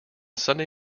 sunday